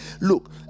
Look